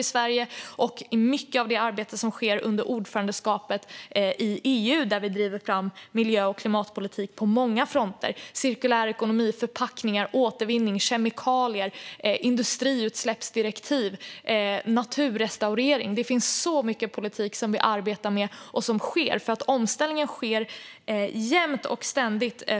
Det handlar också om det arbete som sker i EU under vårt ordförandeskap då vi driver på miljö och klimatpolitiken på många fronter: cirkulär ekonomi, förpackningar, återvinning, kemikalier, industriutsläpp och naturrestaurering. Vi driver så mycket politik på detta område, och omställningen sker ständigt.